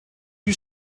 you